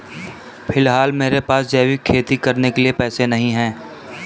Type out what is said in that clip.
फिलहाल मेरे पास जैविक खेती करने के पैसे नहीं हैं